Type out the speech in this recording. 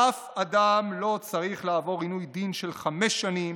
אף אדם לא צריך לעבור עינוי דין של חמש שנים